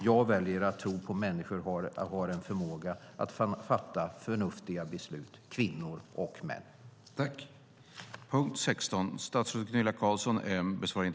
Jag väljer att tro att människor har, var och en, förmåga att fatta förnuftiga beslut, kvinnor och män.